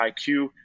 IQ